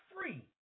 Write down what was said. free